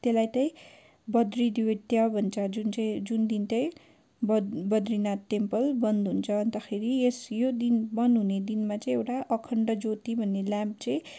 त्यसलाई तै बद्री द्वितीया भन्छ जुन चाहिँ जुन दिन तै बद् बद्रीनाथ टेम्पल बन्द हुन्छ अन्तखेरि यस यो दिन बन्द हुने दिनमा चाहिँ एउटा अखण्ड ज्योति भन्ने ल्याम्प चाहिँ